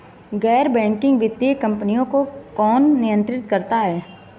गैर बैंकिंग वित्तीय कंपनियों को कौन नियंत्रित करता है?